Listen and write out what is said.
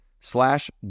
slash